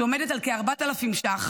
שעומדת על כ-4,000 ש"ח,